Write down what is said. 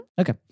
Okay